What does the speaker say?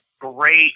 great